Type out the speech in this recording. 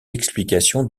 explications